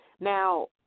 Now